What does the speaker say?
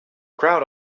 crowd